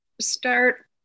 start